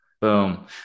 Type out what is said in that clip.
boom